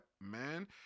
man